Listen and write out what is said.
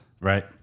Right